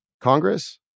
Congress